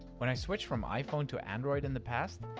when i switched from iphone to android in the past,